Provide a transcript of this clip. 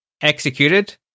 executed